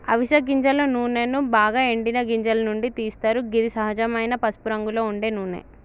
అవిస గింజల నూనెను బాగ ఎండిన గింజల నుండి తీస్తరు గిది సహజమైన పసుపురంగులో ఉండే నూనె